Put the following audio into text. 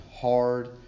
hard